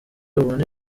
ubona